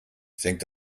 senkt